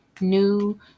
new